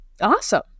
Awesome